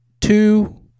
two